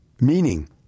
meaning